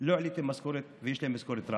לא העליתם משכורת, ויש להם משכורת רעב.